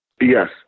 Yes